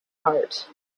heart